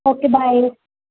okay bye